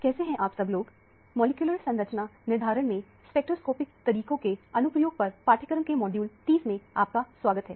कैसे हैं आप सब लोग मॉलिक्यूलर संरचना निर्धारण में स्पेक्ट्रोस्कोपिक तरीकों के अनुप्रयोग पर पाठ्यक्रम के मॉड्यूल 30 में आपका स्वागत है